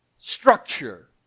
Structure